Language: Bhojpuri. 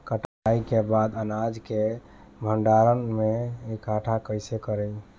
कटाई के बाद अनाज के भंडारण में इकठ्ठा कइसे करी?